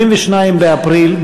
22 באפריל,